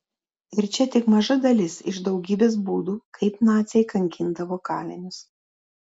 ir čia tik maža dalis iš daugybės būdų kaip naciai kankindavo kalinius